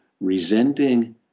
resenting